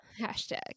hashtag